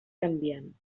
canviant